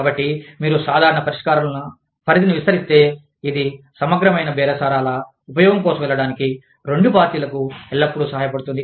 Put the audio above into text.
కాబట్టి మీరు సాధారణ పరిష్కారాల పరిధిని విస్తరిస్తే ఇది సమగ్రమైన బేరసారాల ఉపయోగం కోసం వెళ్ళడానికి రెండు పార్టీలకు ఎల్లప్పుడూ సహాయపడుతుంది